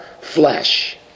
flesh